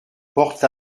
porte